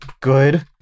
Good